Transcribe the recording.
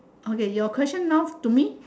okay your question now to me